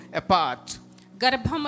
apart